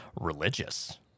religious